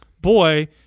boy